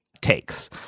takes